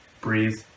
breathe